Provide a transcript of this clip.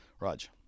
Raj